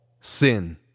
sin